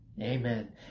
Amen